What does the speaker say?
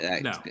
no